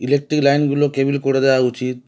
electric লাইনগুলো cable করে দেওয়া উচিত